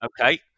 Okay